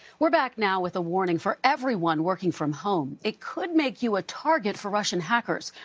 we're back now with a warning for everyone working from home. it could make you a target for russian hackers.